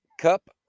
cup